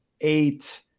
eight